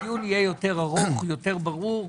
הדיון יהיה יותר ארוך, יותר ברור.